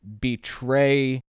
betray